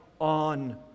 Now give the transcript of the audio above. on